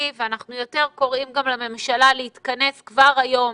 ואנחנו יותר קוראים גם לממשלה להתכנס כבר היום